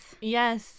Yes